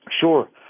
Sure